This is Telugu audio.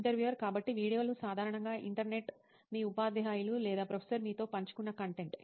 ఇంటర్వ్యూయర్ కాబట్టి వీడియోలు సాధారణంగా ఇంటర్నెట్ మీ ఉపాధ్యాయులు లేదా ప్రొఫెసర్ మీతో పంచుకున్న కంటెంట్